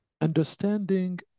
understanding